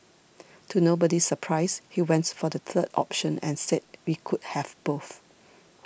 to nobody's surprise he went for the third option and said that we could have both